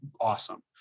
awesome